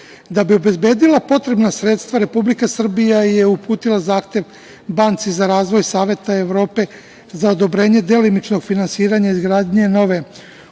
bi obezbedila potrebna sredstva Republika Srbija je uputila zahtev Banci za razvoj Saveta Evrope za odobrenje delimičnog finansiranja izgradnje nove